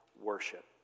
Worship